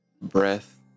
breath